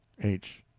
h.